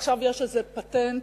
עכשיו יש איזה פטנט,